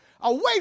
away